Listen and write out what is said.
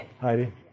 Heidi